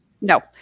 No